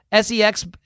SEX